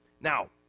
now